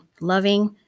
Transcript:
loving